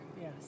Yes